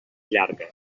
llarga